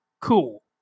cool